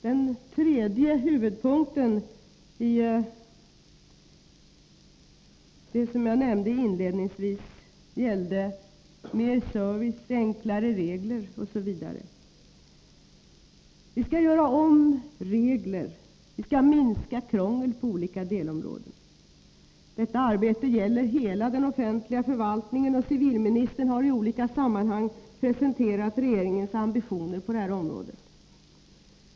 Den tredje huvudpunkten i det jag nämnde inledningsvis gäller mer service, enklare regler osv. Vi skall göra om regler, vi skall minska krånglet på olika delområden. Detta arbete gäller hela den offentliga förvaltningen, och civilministern har i olika sammanhang presenterat regeringens ambitio ner på det här området.